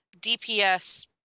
DPS